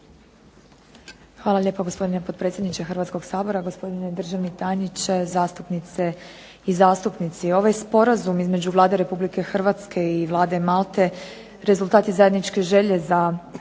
Hvala lijepo poštovani gospodine potpredsjedniče Hrvatskog sabora. Gospodine državni tajniče, zastupnice i zastupnici. Ovaj sporazum između Vlada Republike Hrvatske i Vlade Malte rezultat je zajedničke želje za